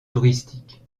touristiques